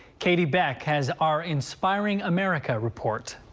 katie back has are inspiring america report.